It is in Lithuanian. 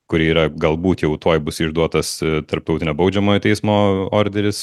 kuri yra galbūt jau tuoj bus išduotas tarptautinio baudžiamojo teismo orderis